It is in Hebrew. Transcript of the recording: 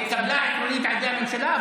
היא התקבלה עקרונית על ידי הממשלה,